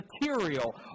material